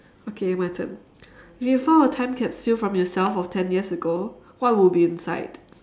okay my turn if you found a time capsule from yourself of ten years ago what would be inside